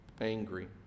angry